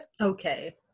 okay